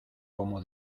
como